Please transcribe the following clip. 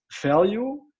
value